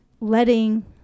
letting